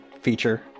feature